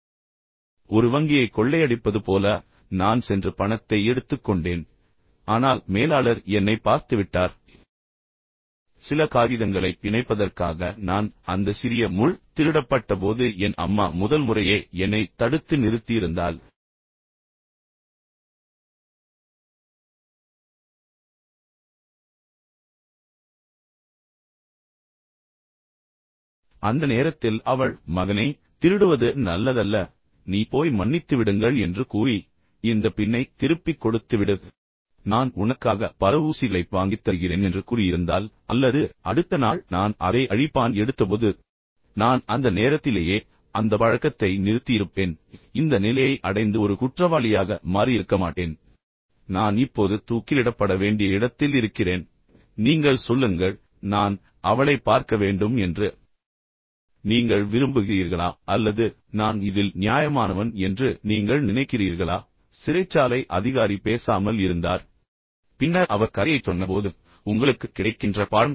உண்மையில் ஒரு வங்கியைக் கொள்ளையடிப்பது போல நான் சென்று பின்னர் பணத்தை எடுத்துக் கொண்டேன் ஆனால் மேலாளர் என்னைப் பார்த்துவிட்டார் E சில காகிதங்களைப் இணைப்பதற்காக நான் அந்த சிறிய முள் திருடப்பட்டபோது என் அம்மா முதல்முறையே என்னைத் தடுத்து நிறுத்தியிருந்தால் அந்த நேரத்தில் அவள் மகனே திருடுவது நல்லதல்ல நீ போய் மன்னித்துவிடுங்கள் என்று கூறி இந்த பின்னை திருப்பிக் கொடுத்துவிடு நான் உனக்காக பல ஊசிகளைப் வாங்கித்தருகிறேன்என்று கூறியிருந்தால் அல்லது அடுத்த நாள் நான் அதை அழிப்பான் எடுத்தபோது நான் உனக்கு இன்னும் சிறந்தவற்றை கொடுக்கிறேன்இதை திருப்பி கொடுத்துவிட்டு மன்னிப்பு கேள் என்று கூறியிருந்தால் சரி எனவே நான் அந்த நேரத்திலேயே அந்த பழக்கத்தை நான் நிறுத்தியிருப்பேன் நான் இந்த நிலையை அடைந்து ஒரு குற்றவாளியாக மாறியிருக்க மாட்டேன் நான் இப்போது தூக்கிலிடப்பட வேண்டிய இடத்தில் இருக்கிறேன் நீங்கள் சொல்லுங்கள் நான் அவளை பார்க்க வேண்டும் என்று நீங்கள் விரும்புகிறீர்களா அல்லது நான் இதில் நியாயமானவன் என்று நீங்கள் நினைக்கிறீர்களா எனவே சிறைச்சாலை அதிகாரி பேசாமல் இருந்தார் பின்னர் அவர் கதையைச் சொன்னபோது உங்களுக்குக் கிடைக்கின்ற பாடம் என்ன